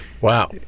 wow